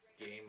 game